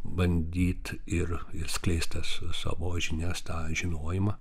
bandyt ir skleist tas savo žinias tą žinojimą